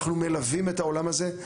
אנחנו מלווים את העולם הזה,